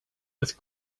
with